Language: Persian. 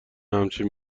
همچین